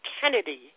Kennedy